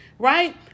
Right